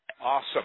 Awesome